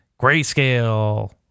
grayscale